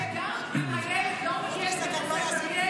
וגם אם הילד לא מגיע לבית